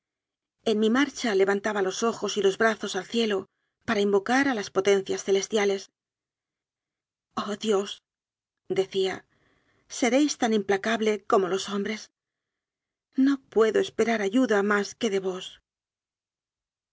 en mi marcha levantaba los ojos y los brazos al cielo para invocar a las potencias celestiales oh dios decía seréis tan implacable como los hombres no puedo esperar ayuda más que de vos